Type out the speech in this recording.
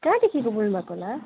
कहाँदेखि बोल्नुभएको होला